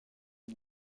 nom